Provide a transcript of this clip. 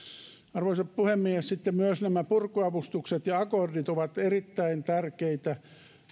arvoisa puhemies sitten myös nämä purkuavustukset ja akordit ovat erittäin tärkeitä